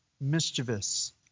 mischievous